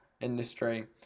industry